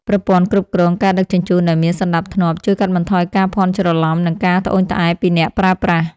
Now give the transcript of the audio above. ប្រព័ន្ធគ្រប់គ្រងការដឹកជញ្ជូនដែលមានសណ្តាប់ធ្នាប់ជួយកាត់បន្ថយការភាន់ច្រឡំនិងការត្អូញត្អែរពីអ្នកប្រើប្រាស់។